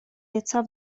лица